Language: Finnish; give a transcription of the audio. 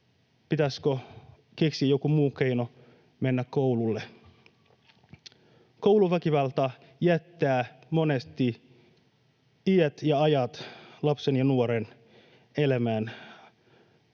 pitäisikö keksiä joku muu keino mennä koululle. Kouluväkivalta jättää monesti lapsen ja nuoren elämään